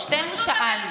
שתינו שאלנו.